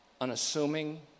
unassuming